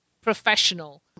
professional